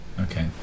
Okay